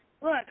look